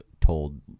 told